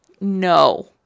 No